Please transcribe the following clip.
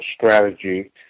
strategy